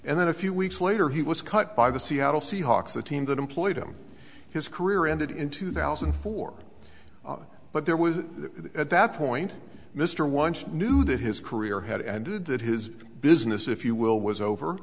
and then a few weeks later he was cut by the seattle seahawks a team that employed him his career ended in two thousand and four but there was at that point mr once knew that his career had ended that his business if you will was over